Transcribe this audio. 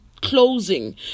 closing